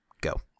Go